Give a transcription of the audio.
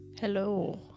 Hello